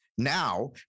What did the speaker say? now